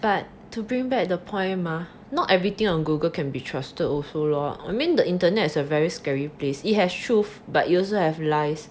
but to bring back the point mah not everything on Google can be trusted also lor I mean the internet is a very scary place it has truth but you also have lies